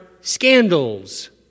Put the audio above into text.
scandals